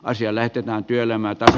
asia lähetetään työelämän tasa